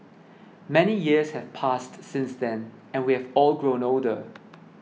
many years have passed since then and we have all grown older